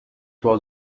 was